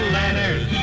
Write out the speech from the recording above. letters